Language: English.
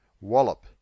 Wallop